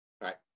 right